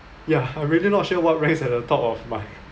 ya I really not sure what ranks at the top of my